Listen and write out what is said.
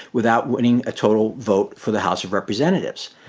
without winning a total vote for the house of representatives.